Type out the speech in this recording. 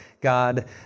God